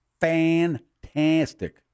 fantastic